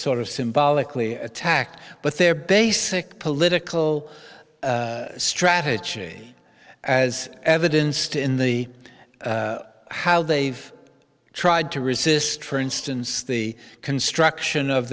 sort of symbolically attacked but their basic political strategy as evidenced in the how they've tried to resist for instance the construction of